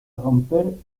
romper